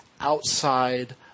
outside